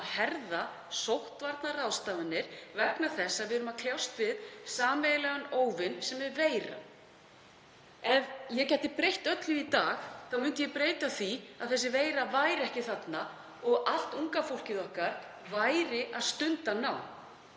að herða sóttvarnaráðstafanir, vegna þess að við erum að kljást við sameiginlegan óvin sem er veira. Ef ég gæti breytt öllu í dag myndi ég breyta því að þessi veira væri ekki þarna og allt unga fólkið okkar væri að stunda nám.